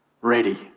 Ready